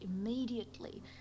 immediately